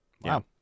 Wow